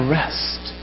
rest